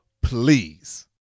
please